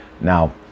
Now